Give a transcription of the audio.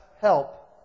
help